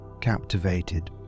captivated